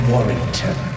Warrington